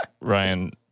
Ryan